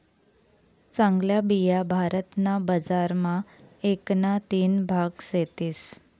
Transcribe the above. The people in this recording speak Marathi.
चांगल्या बिया भारत ना बजार मा एक ना तीन भाग सेतीस